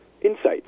insights